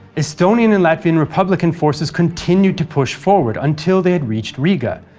estonian and latvian republican forces continued to push forward until they had reached riga.